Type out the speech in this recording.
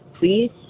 please